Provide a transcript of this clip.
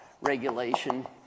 regulation